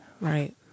Right